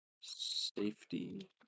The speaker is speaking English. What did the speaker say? safety